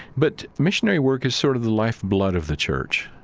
but missionary work is sort of the life-blood of the church.